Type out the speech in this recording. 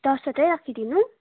दसवटा राखिदिनु